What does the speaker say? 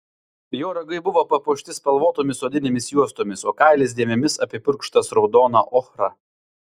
jo ragai buvo papuošti spalvotomis odinėmis juostomis o kailis dėmėmis apipurkštas raudona ochra